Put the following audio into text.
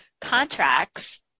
contracts